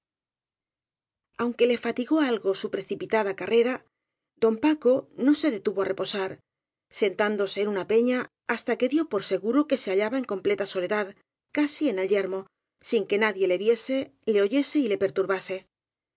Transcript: aunque le fatigó algo su precipitada carrera don paco no se detuvo á reposar sentándose en una peña hasta que dió por seguro que se hallaba en completa soledad casi en el yermo sin que nadie le viese le oyese y le perturbase